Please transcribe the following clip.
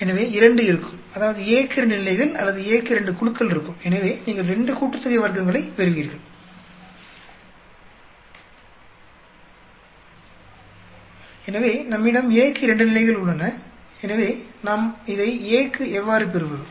எனவே 2 இருக்கும் அதாவது A க்கு 2 நிலைகள் அல்லது A க்கு 2 குழுக்கள் இருக்கும் எனவே நீங்கள் இரண்டு கூட்டுத்தொகை வர்க்கங்களைப் பெறுவீர்கள் எனவே நம்மிடம் A க்கு 2 நிலைகள் உள்ளன எனவே நாம் இதை A க்கு எவ்வாறு பெறுவது